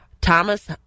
Thomas